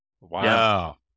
Wow